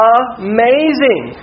amazing